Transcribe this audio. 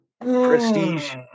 prestige